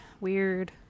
Weird